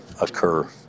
occur